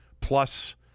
plus